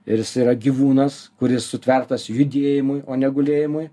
ir jis yra gyvūnas kuris sutvertas judėjimui o ne gulėjimui